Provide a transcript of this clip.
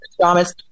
Thomas